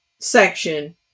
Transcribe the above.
section